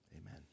Amen